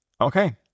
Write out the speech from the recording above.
Okay